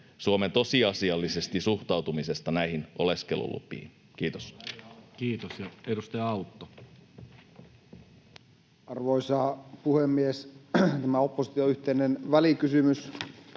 Suomen tosiasiallisesta suhtautumisesta näihin oleskelulupiin. — Kiitos. Kiitos. — Edustaja Autto. Arvoisa puhemies! Tämä opposition yhteinen välikysymys